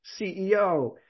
CEO